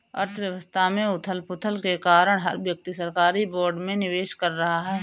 अर्थव्यवस्था में उथल पुथल के कारण हर व्यक्ति सरकारी बोर्ड में निवेश कर रहा है